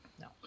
No